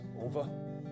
over